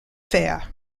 fair